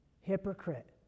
hypocrite